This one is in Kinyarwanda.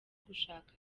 gushaka